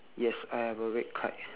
yes I have a red kite